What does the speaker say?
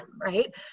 Right